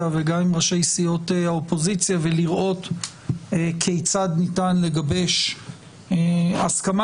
וגם עם ראשי סיעות האופוזיציה ולראות כיצד ניתן לגבש הסכמה,